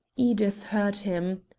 edith heard him.